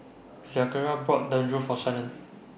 Zechariah bought Dangojiru For Shannan